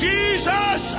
Jesus